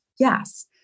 Yes